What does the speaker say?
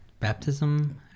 baptism